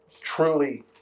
truly